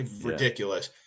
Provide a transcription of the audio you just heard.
ridiculous